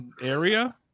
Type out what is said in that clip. area